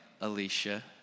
Alicia